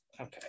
Okay